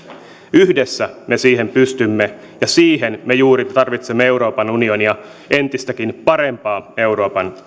yhdessä me siihen pystymme ja siihen me juuri tarvitsemme euroopan unionia entistäkin parempaa euroopan